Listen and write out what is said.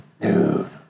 Dude